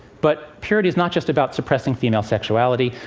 but purity is not just about suppressing female sexuality.